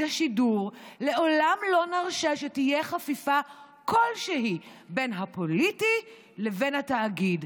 השידור לעולם לא נרשה שתהיה חפיפה כלשהי בין הפוליטי לבין התאגיד.